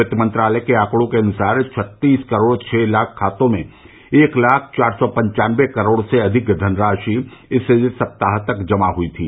वित्त मंत्रालय के आंकड़ों के अनुसार छत्तीस करोड़ छः लाख खातों में एक लाख चार सौ पंचान्नबे करोड़ से अधिक की धनराशि इस सप्ताह तक जमा हुई थी